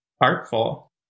artful